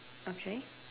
okay